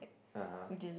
(uh huh)